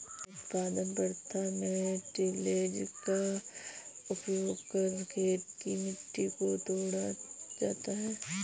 उत्पादन प्रथा में टिलेज़ का उपयोग कर खेत की मिट्टी को तोड़ा जाता है